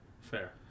Fair